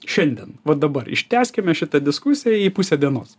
šiandien vat dabar ištęskime šitą diskusiją į pusę dienos